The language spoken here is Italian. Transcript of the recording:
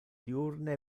diurne